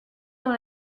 dans